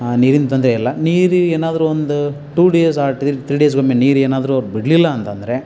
ನೀರಿಂದು ತೊಂದರೆಯಿಲ್ಲ ನೀರು ಏನಾದರು ಒಂದು two days or three three ಡೇಸ್ಗೊಮ್ಮೆ ನೀರು ಏನಾದರೂ ಅವ್ರು ಬಿಡಲಿಲ್ಲ ಅಂತಂದರೆ